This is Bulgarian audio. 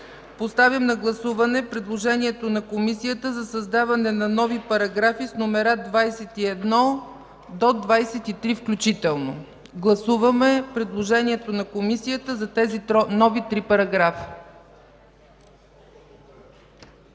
Поставям на гласуване предложението на Комисията за създаване на нови параграфи с номера 21 до 23 включително. Гласуваме предложението на Комисията за тези нови три параграфа.